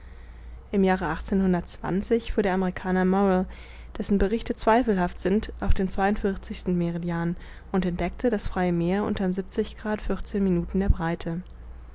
im jahre wurde der amerikaner morrel dessen berichte zweifelhaft sind auf dem zweiundvierzigsten meridian und entdeckte das freie meer unterm minuten er breite